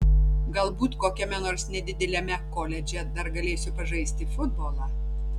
galbūt kokiame nors nedideliame koledže dar galėsiu pažaisti futbolą